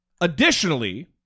Additionally